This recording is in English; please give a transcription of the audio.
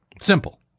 Simple